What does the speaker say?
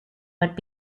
would